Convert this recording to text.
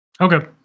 Okay